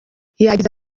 yagize